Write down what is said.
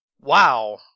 Wow